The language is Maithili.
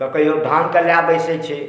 तऽ कहियो धानकेँ लय बैसै छै